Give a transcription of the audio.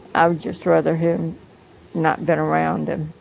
i would just rather him not been around him.